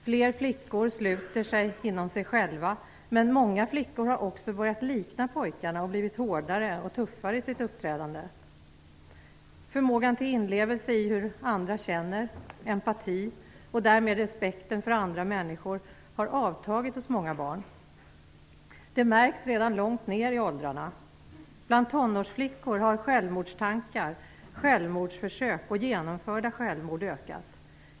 Fler flickor sluter sig inom sig själva, men många flickor har också börjat likna pojkarna och blivit hårdare och tuffare i sitt uppträdande. Förmågan till inlevelse i hur andra känner - empati - och därmed respekten för andra människor har avtagit hos många barn. Det märks redan långt ned i åldrarna. Bland tonårsflickor har självmordstankar, självmordsförsök och genomförda självmord ökat.